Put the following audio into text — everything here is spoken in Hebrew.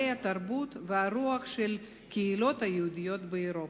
התרבות והרוח של הקהילות היהודיות באירופה.